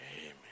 Amen